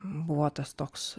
buvo tas toks